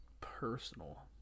Personal